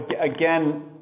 again